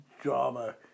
drama